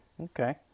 okay